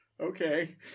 Okay